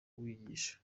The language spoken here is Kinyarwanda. wigisha